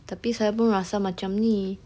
tapi saya pun rasa macam ni